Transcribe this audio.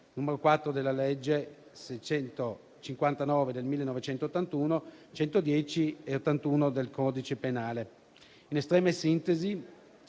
1974, 4 della legge n. 659 del 1981 e 110 e 81 del codice penale. In estrema sintesi,